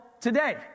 today